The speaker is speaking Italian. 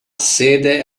sede